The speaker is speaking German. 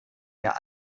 mehr